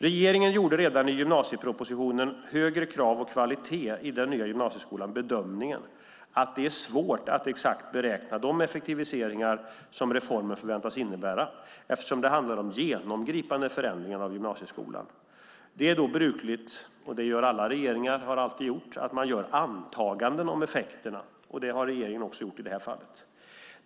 Regeringen gjorde redan i gymnasiepropositionen Högre krav och kvalitet i den nya gymnasieskolan bedömningen att det är svårt att exakt beräkna de effektiviseringar som reformen förväntas innebära, eftersom det handlar om genomgripande förändringar av gymnasieskolan. Det är då brukligt - det gör alla regeringar och har alltid gjort - att göra antaganden om effekterna, och det har regeringen också gjort i det här fallet.